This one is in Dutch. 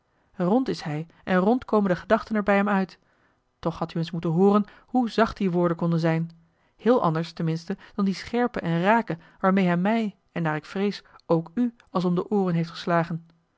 rond is hij en rond komen de gedachten er bij hem uit toch had u eens moeten hooren hoe zacht die woorden konden zijn heel anders ten minste dan die scherpe en rake waarmee hij mij en naar ik vrees ook u als om de ooren heeft geslagen